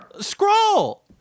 Scroll